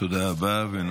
תודה רבה.